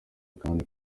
akazi